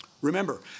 Remember